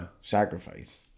sacrifice